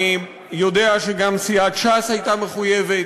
אני יודע שגם סיעת ש"ס הייתה מחויבת,